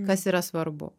kas yra svarbu